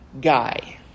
guy